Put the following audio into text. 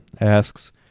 asks